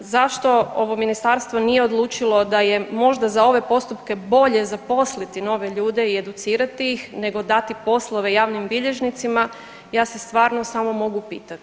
Zašto ovo ministarstvo nije odlučilo da je možda za ove postupke bolje zaposliti nove ljude i educirati ih nego dati poslove javnim bilježnicima ja se stvarno samo mogu pitati.